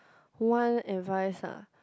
one advice ah